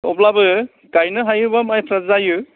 अब्लाबो गायनो हायोबा मायफ्रा जायो